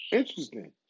Interesting